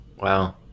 Wow